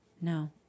no